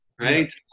Right